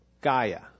Gaia